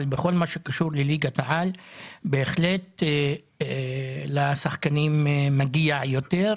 אבל בכל מה שקשור לליגת העל בהחלט לשחקנים מגיע יותר,